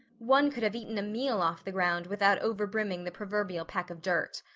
one could have eaten a meal off the ground without over-brimming the proverbial peck of dirt.